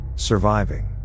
Surviving